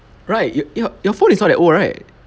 right your your your phone is not that old right